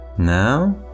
Now